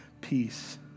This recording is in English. peace